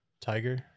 tiger